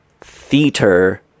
theater